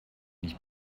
nicht